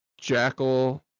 Jackal